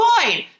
point